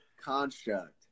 construct